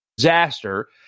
Disaster